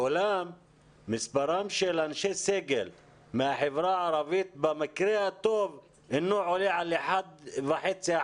ואולם מספרם של אנשי סגל מהחברה הערבית במקרה הטוב אינו עולה על 1.5%